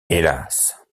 hélas